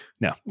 No